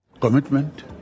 Commitment